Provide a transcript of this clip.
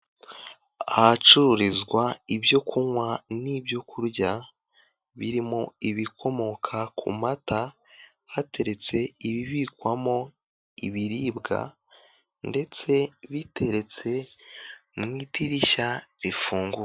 Ahacururizwa ibyo kunywa n'ibyokurya birimo ibikomoka ku mata hateretse ibibikwamo ibiribwa ndetse biteretse mu idirishya rifunguye.